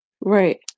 Right